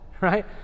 right